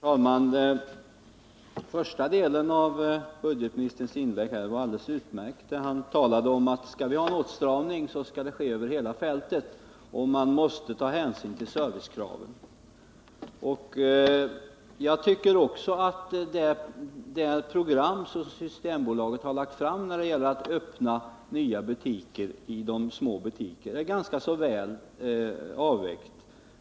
Herr talman! Första delen av budgetministerns inlägg var alldeles utmärkt. Han sade att skall vi ha en åtstramning skall det gälla hela fältet och med hänsynstagande till servicekraven. Jag tycker också att Systembolagets program för öppnandet av nya butiker i små kommuner är ganska väl avvägt.